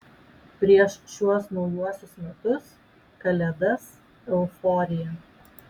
prieš šiuos naujuosius metus kalėdas euforija